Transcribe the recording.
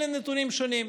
אלה נתונים שונים.